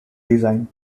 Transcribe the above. design